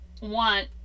want